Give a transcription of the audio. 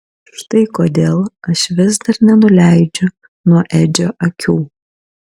štai kodėl aš vis dar nenuleidžiu nuo edžio akių